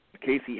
Casey